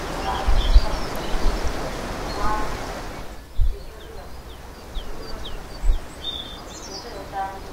Basalaayek gu safar suŋun waanan tusir ka njurun ammuliihiyee tannju,,